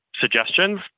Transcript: suggestions